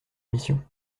mission